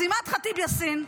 אז אימאן ח'טיב יאסין,